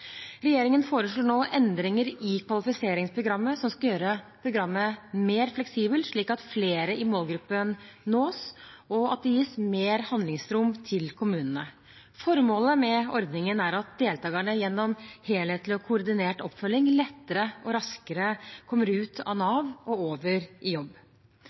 Regjeringen foreslår nå endringer i kvalifiseringsprogrammet som skal gjøre programmet mer fleksibelt, slik at flere i målgruppen nås, og slik at det gis større handlingsrom til kommunene. Formålet med ordningen er at deltakerne gjennom en helhetlig og koordinert oppfølging lettere og raskere kommer ut av Nav og over i jobb.